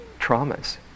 traumas